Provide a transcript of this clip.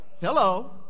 Hello